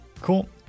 cool